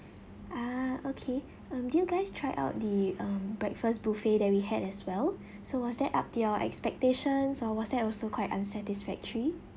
ah okay um did you guys try out the um breakfast buffet that we had as well so was that up to you expectations or was that also quite unsatisfactory